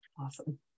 Awesome